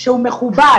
שהוא מכובד